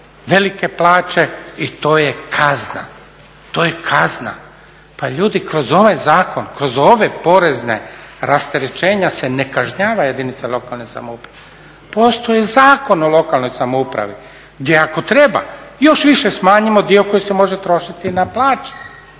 velike plaće i to je kazna. Pa ljudi kroz ovaj zakon, kroz ova porezna rasterećenja se ne kažnjava jedinice lokalne samouprave. Postoji Zakon o lokalnoj samoupravi, gdje ako treba još više smanjimo dio koji se može trošiti na plaće